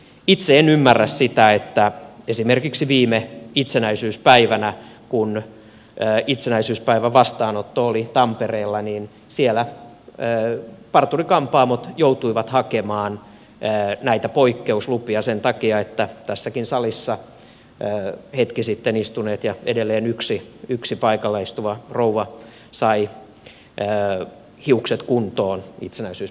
itse en ymmärrä sitä että esimerkiksi viime itsenäisyyspäivänä kun itsenäisyyspäivän vastaanotto oli tampereella siellä parturi kampaamot joutuivat hakemaan näitä poikkeuslupia sen takia että tässäkin salissa hetki sitten istuneet ja edelleen yksi paikalla istuva rouva saisivat hiukset kuntoon itsenäisyyspäivän vastaanotolle